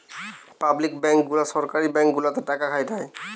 public bank গুলা সরকারি bank গুলাতে টাকা খাটায়